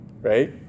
right